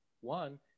One